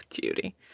Judy